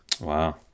wow